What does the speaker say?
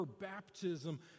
baptism